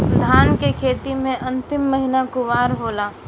धान के खेती मे अन्तिम महीना कुवार होला?